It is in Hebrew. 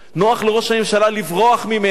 נוח לראש הממשלה לברוח ממנה,